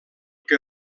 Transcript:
que